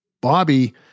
Bobby